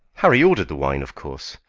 harry ordered the wine of course,